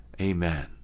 Amen